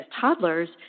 toddlers